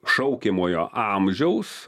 šaukiamojo amžiaus